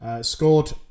scored